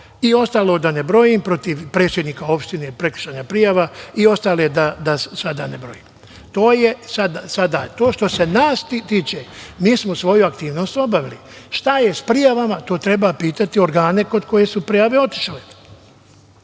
i ostalo da ne brojim, protiv predsednika opštine prekršajna prijava i ostale da sada ne brojim. Što se nas tiče, mi smo svoju aktivnost obavili. Šta je sa prijavama, to treba pitati organe kod kojih su prijave otišle. Što